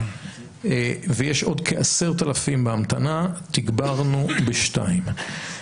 ויש עוד כ-10,000 בהמתנה, תגברנו בשניים.